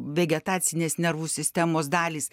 vegetacinės nervų sistemos dalys